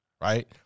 Right